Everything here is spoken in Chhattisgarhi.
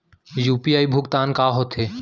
यू.पी.आई भुगतान का होथे?